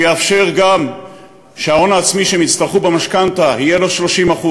ויאפשר גם שההון העצמי שהם יצטרכו במשכנתה יהיה לא 30%,